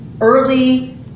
early